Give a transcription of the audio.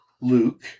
Luke